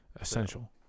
Essential